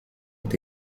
ont